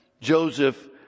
Joseph